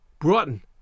Broughton